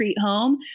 home